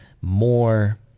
more